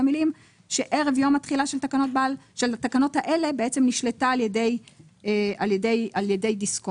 המילים שערב יום התחילה של התקנות האלה נשלטה על ידי דיסקונט.